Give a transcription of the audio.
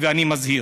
אני מזהיר: